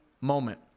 moment